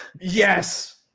yes